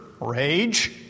rage